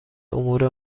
امور